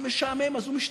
זה משעמם, אז הוא משתעמם,